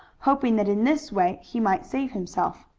hoping that in this way he might save himself.